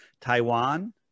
Taiwan